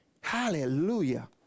Hallelujah